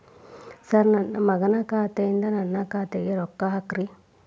sir ನನ್ನ ಮಗನ ಖಾತೆ ಯಿಂದ ನನ್ನ ಖಾತೆಗ ರೊಕ್ಕಾ ಹಾಕ್ರಿ